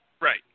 right